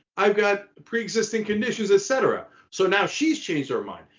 i've got pre existing conditions, etc. so now she's changed her mind,